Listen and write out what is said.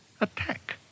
attack